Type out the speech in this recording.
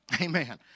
Amen